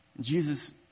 Jesus